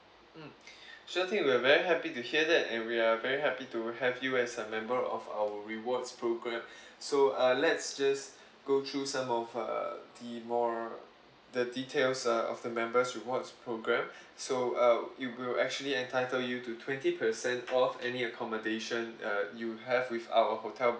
mm sure thing we're very happy to hear that and we are very happy to have you as a member of our rewards program so uh let's just go through some of uh the more the details uh of the members rewards program so uh it will actually entitle you to twenty percent off any accommodation uh you have with our hotel